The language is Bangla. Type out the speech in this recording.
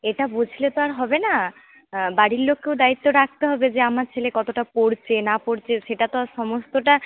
এটা বুঝলে তো আর হবে না বাড়ির লোককেও দায়িত্ব রাখতে হবে যে আমার ছেলে কতটা পড়ছে না পড়ছে সেটা তো আর সমস্তটা